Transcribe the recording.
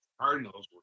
Cardinals